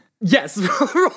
Yes